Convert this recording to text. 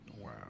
Wow